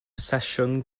sesiwn